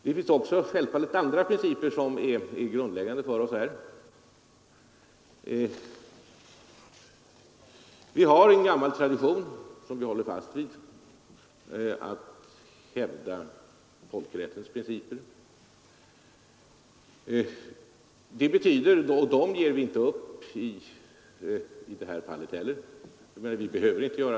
Den andra grundläggande principen för oss i detta sammanhang är att hålla fast vid vår tradition att hävda folkrättsliga principer. De principerna ger vi inte upp i det här fallet heller.